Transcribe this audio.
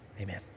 amen